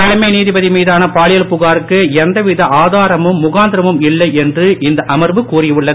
தலைமை நீதிபதி மீதான பாலியல் புகாருக்கு எந்த வித ஆதாரமும் முகாந்திரமும் இல்லை என்று இந்த அமர்வு கூறி உள்ளது